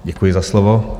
Děkuji za slovo.